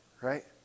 right